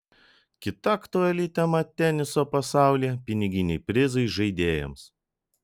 kita aktuali tema teniso pasaulyje piniginiai prizai žaidėjams